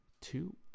two